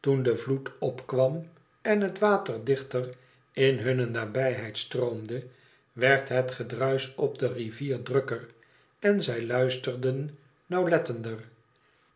toen de vloed opkwam en het water dichter in hunne nabijheid stroomde werd het gedruisch op de rivier drukker en zij luisterden nauwlettender